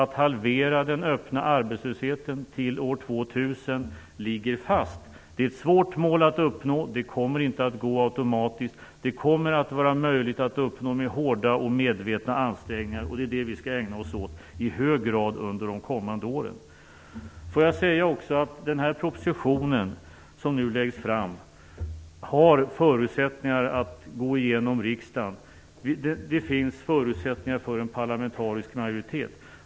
2000 ligger fast. Det är ett svårt mål att uppnå, och det kommer inte att gå automatiskt. Men det kommer att vara möjligt att uppnå genom hårda och medvetna ansträngningar, och det är det som vi skall ägna oss åt i hög grad under de kommande åren. Jag vill också säga att den proposition som nu läggs fram har förutsättningar att gå igenom riksdagen. Det finns förutsättningar för en parlamentarisk majoritet.